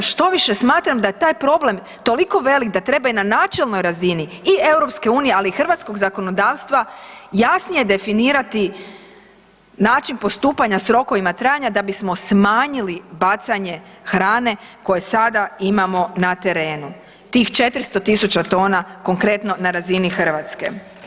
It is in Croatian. Štoviše smatram da je taj problem toliko velik da treba i na načelnoj razini i EU ali i hrvatskog zakonodavstva jasnije definirati način postupanja sa rokovima trajanja da bismo smanjili bacanje hrane koje sada imamo na terenu tih 400 000 tona konkretno na razini Hrvatske.